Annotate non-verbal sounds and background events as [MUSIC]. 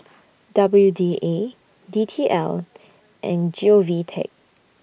[NOISE] W D A D T L [NOISE] and Govtech